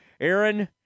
Aaron